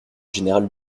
général